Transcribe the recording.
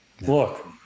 Look